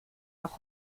noch